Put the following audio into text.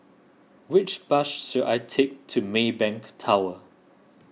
which bus should I take to Maybank Tower